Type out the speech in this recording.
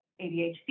ADHD